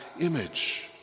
image